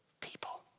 people